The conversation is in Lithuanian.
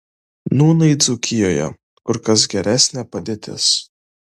nūnai dzūkijoje kur kas geresnė padėtis